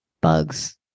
bugs